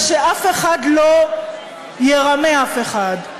ושאף אחד לא ירמה אף אחד.